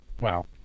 Wow